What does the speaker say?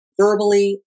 verbally